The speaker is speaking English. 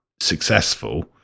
Successful